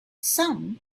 some